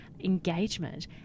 Engagement